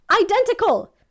identical